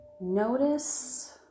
notice